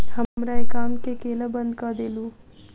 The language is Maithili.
हमरा एकाउंट केँ केल बंद कऽ देलु?